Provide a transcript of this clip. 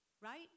right